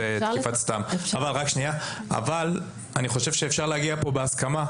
אני חושב שאפשר להגיע כאן בהסכמה.